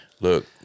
look